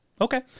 Okay